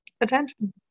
attention